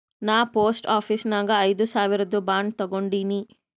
ನಾ post office ನಾಗ್ ಐಯ್ದ ಸಾವಿರ್ದು ಬಾಂಡ್ ತಗೊಂಡಿನಿ